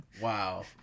Wow